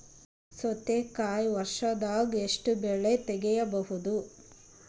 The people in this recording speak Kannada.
ಸೌತಿಕಾಯಿ ವರ್ಷದಾಗ್ ಎಷ್ಟ್ ಬೆಳೆ ತೆಗೆಯಬಹುದು?